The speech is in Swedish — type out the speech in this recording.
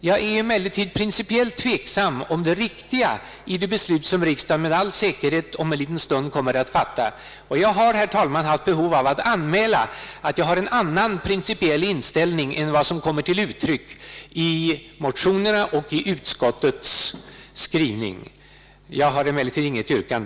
Jag är emellertid principiellt tveksam till om det beslut, som riksdagen med all säkerhet kommer att fatta om en liten stund, är riktigt. Jag har, herr talman, känt behov av att anmäla att jag har en annan principiell inställning än den som kommer till uttryck i motionerna och i utskottets skrivning. Jag har emellertid inget yrkande.